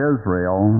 Israel